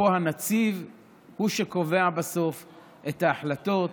שפה הנציב הוא שקובע בסוף את ההחלטות